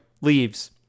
leaves